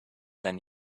than